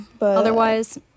Otherwise